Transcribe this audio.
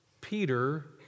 Peter